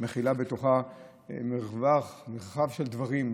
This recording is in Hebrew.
מכילה בתוכה מרווח נרחב של דברים,